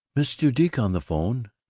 mrs. judique on the phone.